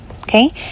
Okay